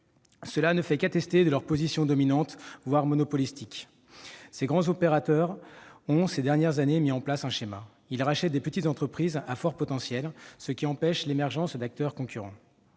Cela ne fait qu'attester de leur position dominante, voire monopolistique. Ces dernières années, ces grands opérateurs ont mis en place le schéma suivant : ils rachètent des petites entreprises à fort potentiel, ce qui empêche l'émergence d'acteurs concurrents.